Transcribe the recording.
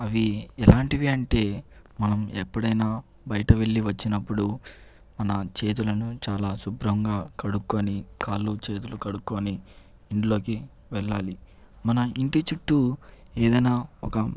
అవి ఎలాంటివి అంటే మనం ఎప్పుడైనా బయట వెళ్ళి వచ్చినప్పుడు మన చేతులను చాలా శుభ్రంగా కడుక్కొని కాళ్ళు చేతులు కడుక్కోని ఇంట్లోకి వెళ్ళాలి మన ఇంటి చుట్టూ ఏదైనా ఒక